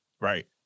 Right